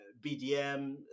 BDM